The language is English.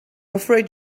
afraid